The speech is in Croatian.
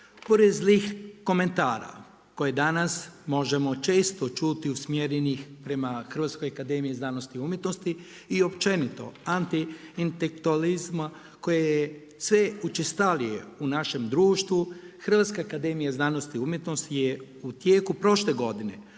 Pored zlih komentara, koje danas možemo često čuti usmjerenih prema Hrvatskoj akademiji znanosti i umjetnosti i općenito antiintelektualizma koje je sve učestalije u našem društvu, Hrvatska akademija znanosti i umjetnosti je u tijeku prošle godine,